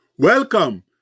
Welcome